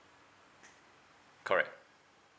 correct